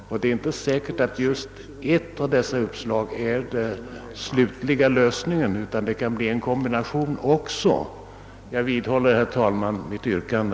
Det är nämligen inte säkert att just ett av dessa är den slutliga lösningen, utan det kan också bli en kombination. Jag vidhåller, herr talman, mitt yrkande.